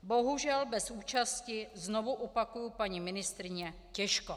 Bohužel bez účasti, znovu opakuji, paní ministryně těžko.